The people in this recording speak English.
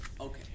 Okay